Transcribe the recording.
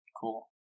Cool